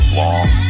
long